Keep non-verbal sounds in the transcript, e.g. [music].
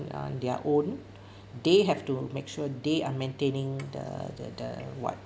on their own [breath] they have to make sure they are maintaining the the the what